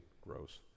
Gross